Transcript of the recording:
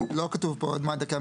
לא כתוב פה מה דרכי המסירה.